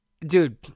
dude